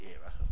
era